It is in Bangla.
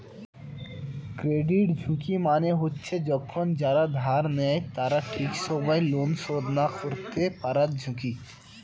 ক্রেডিট ঝুঁকি মানে হচ্ছে যখন যারা ধার নেয় তারা ঠিক সময় লোন শোধ না করতে পারার ঝুঁকি